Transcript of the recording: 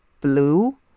blue